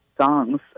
songs